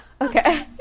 Okay